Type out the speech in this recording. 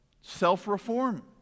Self-reform